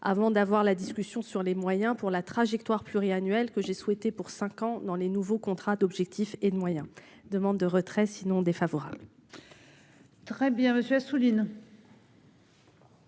avant d'avoir la discussion sur les moyens pour la trajectoire pluriannuelle que j'ai souhaité pour 5 ans dans les nouveaux contrats d'objectifs et de moyens, demande de retrait sinon défavorable. Très bien, monsieur Assouline.